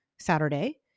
Saturday